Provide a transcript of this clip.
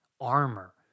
armor